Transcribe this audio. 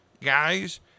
guys